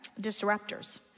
disruptors